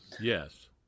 yes